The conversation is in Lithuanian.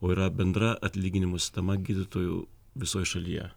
o yra bendra atlyginimų sistema gydytojų visoje šalyje